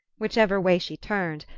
whichever way she turned,